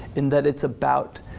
in that it's about